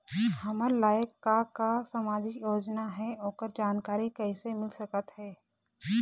हमर लायक का का सामाजिक योजना हे, ओकर जानकारी कइसे मील सकत हे?